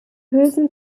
hülsen